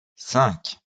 cinq